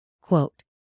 Quote